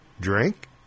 drink